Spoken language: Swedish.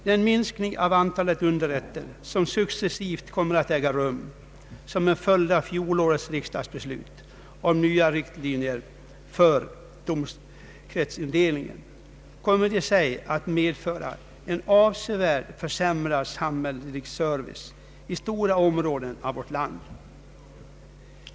Den minskning av antalet underrätter som successivt kommer att äga rum som en följd av fjolårets riksdagsbeslut om nya riktlinjer för domkretsindelningen kommer i sig att medföra en avsevärt försämrad samhällelig service i stora områden av vårt land.